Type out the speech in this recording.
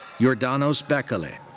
yourdanos bekele. ah